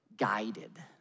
Guided